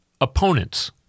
opponents